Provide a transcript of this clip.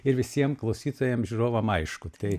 ir visiem klausytojam žiūrovam aišku tai